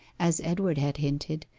as edward had hinted,